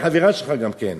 היא חברה שלך גם כן,